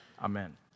Amen